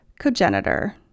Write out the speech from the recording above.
Cogenitor